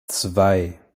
zwei